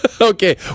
Okay